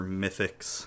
mythics